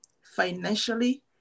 financially